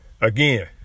again